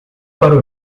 para